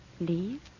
Leave